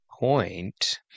point